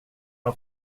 har